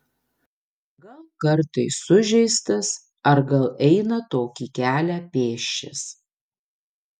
gal kartais sužeistas ar gal eina tokį kelią pėsčias